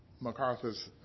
MacArthur's